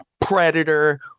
predator